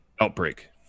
Outbreak